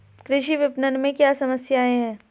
कृषि विपणन में क्या समस्याएँ हैं?